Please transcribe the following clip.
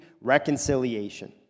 reconciliation